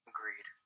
Agreed